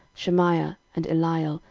shemaiah, and eliel,